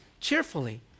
cheerfully